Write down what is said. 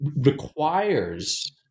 requires